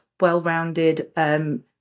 well-rounded